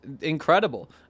incredible